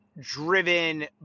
driven